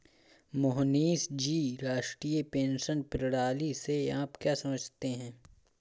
मोहनीश जी, राष्ट्रीय पेंशन प्रणाली से आप क्या समझते है?